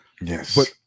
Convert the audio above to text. Yes